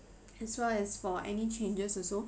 as well as for any changes also